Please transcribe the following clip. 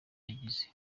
yagize